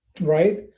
right